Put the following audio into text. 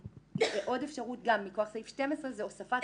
עוד אפשרות גם מכוח סעיף 12 זה הוספת